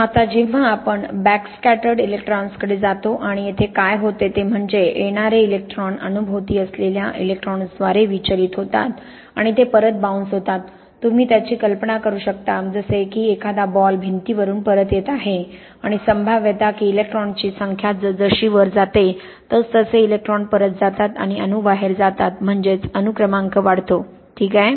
आता जेव्हा आपण बॅकस्कॅटर्ड इलेक्ट्रॉन्सकडे जातो आणि येथे काय होते ते म्हणजे येणारे इलेक्ट्रॉन अणूभोवती असलेल्या इलेक्ट्रॉन्सद्वारे विचलित होतात आणि ते परत बाउन्स होतात तुम्ही त्याची कल्पना करू शकता जसे की एखादा बॉल भिंतीवरून परत येत आहे आणि संभाव्यता की इलेक्ट्रॉन्सची संख्या जसजशी वर जाते तसतसे इलेक्ट्रॉन परत जातात आणि अणू बाहेर जातात म्हणजे अणुक्रमांक वाढतो ठीक आहे